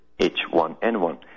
H1N1